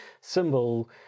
symbol